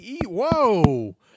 whoa